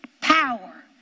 power